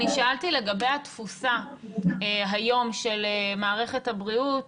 אני שאלתי לגבי התפוסה היום של מערכת הבריאות,